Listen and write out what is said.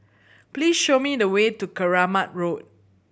please show me the way to Keramat Road